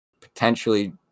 potentially